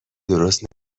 درست